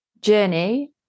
journey